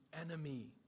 enemy